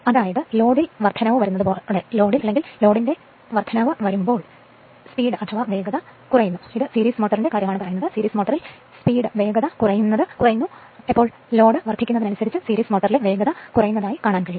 കാരണം Ia കൂടുകയാണെങ്കിൽ V Ia കുറയും അതിനാൽ ലോഡ് വേഗത കൂടുന്നതിനനുസരിച്ച് സീരീസ് മോട്ടോറിന് കുറയുന്നു